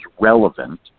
relevant